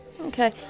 Okay